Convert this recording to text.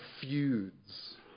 feuds